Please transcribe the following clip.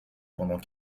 pendant